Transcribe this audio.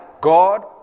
God